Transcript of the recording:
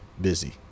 busy